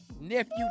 Nephew